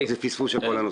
זה פספוס של כל הנושא.